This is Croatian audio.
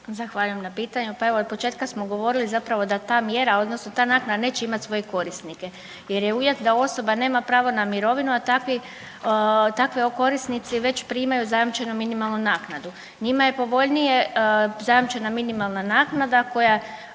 Zahvaljujem na pitanju. Pa evo od početka smo govorili zapravo da ta mjera odnosno ta naknada neće imati svoje korisnike jer je uvjet da osoba nema pravo na mirovinu, a takvi, takvi korisnici već primaju zajamčenu minimalnu naknadu. Njima je povoljnija zajamčena minimalna naknada koja